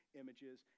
images